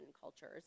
cultures